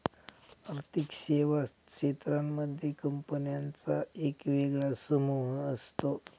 आर्थिक सेवा क्षेत्रांमध्ये कंपन्यांचा एक वेगळा समूह असतो